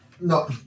No